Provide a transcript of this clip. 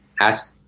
ask